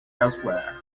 elsewhere